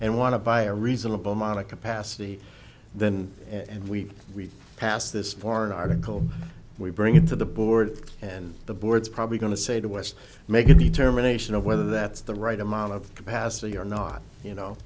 and want to buy a reasonable amount of capacity then and we've we've passed this for an article we bring into the board and the board's probably going to say to west make a determination of whether that's the right amount of pastor you're not you know